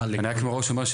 מראש אומר,